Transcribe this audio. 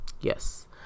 yes